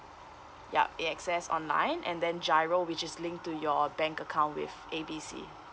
yup A_X_S online and then giro which is linked to your bank account with A B C